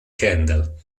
kendall